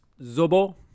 Zobo